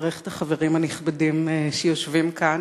לברך את החברים הנכבדים שיושבים כאן,